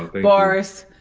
boris,